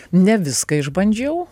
ne viską išbandžiau